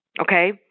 okay